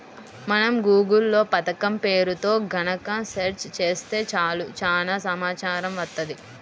మనం గూగుల్ లో పథకం పేరుతో గనక సెర్చ్ చేత్తే చాలు చానా సమాచారం వత్తది